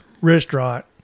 restaurant